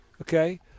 okay